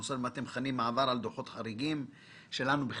ובנוסף למה שאתם מכנים: "מעבר על דוחות חריגים" (שלנו לא